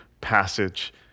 passage